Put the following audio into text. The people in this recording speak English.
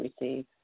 receive